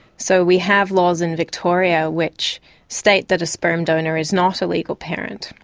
so we have laws in victoria which state that a sperm donor is not a legal parent.